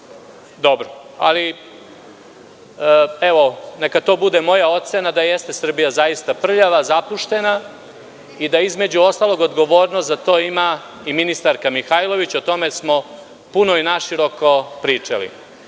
Evo, neka to bude i moja ocena da jeste Srbija zaista prljava, zapuštena i da, između ostalog, odgovornost za to ima i ministarka Mihajlović. O tome smo puno i naširoko